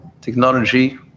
technology